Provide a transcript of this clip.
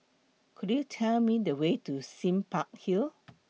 Could YOU Tell Me The Way to Sime Park Hill